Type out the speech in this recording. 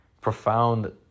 profound